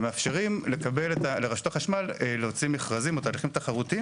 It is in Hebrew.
ומאפשרים לרשות החשמל להוציא מכרזים או תהליכים תחרותיים